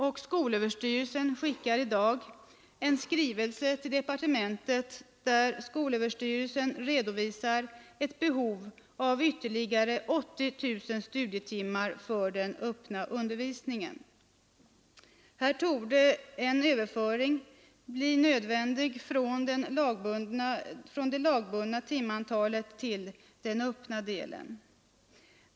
Skolöverstyrelsen skickar i dag en skrivelse till departementet, där skolöverstyrelsen redovisar ett behov av ytterligare 80 000 studietimmar för den öppna undervisningen. Där torde en överföring bli nödvändig från det lagbundna timantalet till den öppna delen.